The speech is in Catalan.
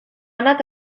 anat